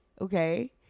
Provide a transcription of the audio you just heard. Okay